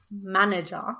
manager